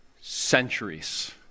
centuries